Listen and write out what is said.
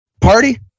party